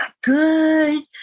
good